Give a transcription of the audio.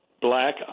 black